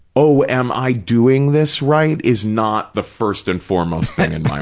oh, am i doing this right, is not the first and foremost thing in my